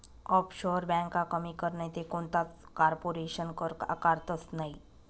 offshore ब्यांका कमी कर नैते कोणताच कारपोरेशन कर आकारतंस नयी